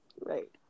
right